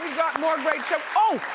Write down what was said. got more great show. oh,